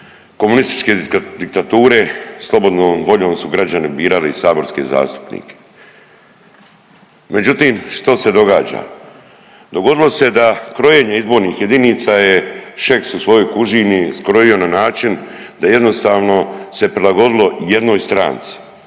komunističke diktature slobodnom voljom su građani birali saborske zastupnike. Međutim, što se događa? Dogodilo se da krojenje izbornih jedinica je Šeks u svojoj kužini skrojio na način da jednostavno se prilagodilo jednoj stranci,